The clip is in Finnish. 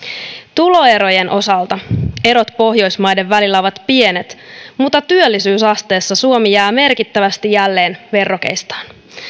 tuloerojen osalta erot pohjoismaiden välillä ovat pienet mutta työllisyysasteessa suomi jää merkittävästi jälkeen verrokeistaan